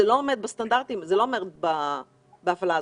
זה לא עומד בסטנדרטים של ההפעלה הזאת.